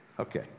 Okay